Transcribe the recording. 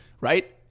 right